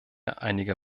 einiger